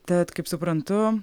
tad kaip suprantu